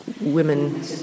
women